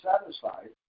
satisfied